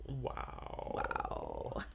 Wow